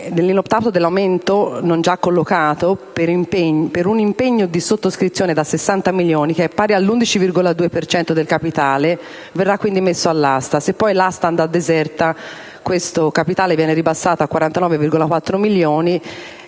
l'inoptato dell'aumento non già collocato, per un impegno di sottoscrizione da 60 milioni di euro, che è pari al 11,2 per cento del capitale, sarà quindi messo all'asta. Se poi l'asta andrà deserta, questo capitale sarebbe ribassato a 49,4 milioni,